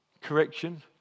correction